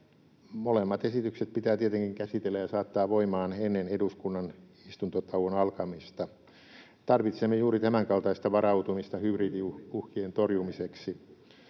Molemmat esitykset pitää tietenkin käsitellä ja saattaa voimaan ennen eduskunnan istuntotauon alkamista. Tarvitsemme juuri tämänkaltaista varautumista hybridiuhkien torjumiseksi.